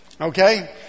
okay